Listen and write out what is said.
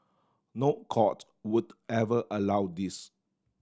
no court would ever allow this